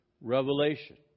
Revelation